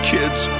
Kids